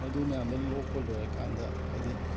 ꯃꯗꯨ ꯃꯌꯥꯝꯗꯣ ꯂꯣꯛꯄ ꯂꯣꯏꯔꯀꯥꯟꯗ ꯍꯥꯏꯗꯤ